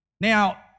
Now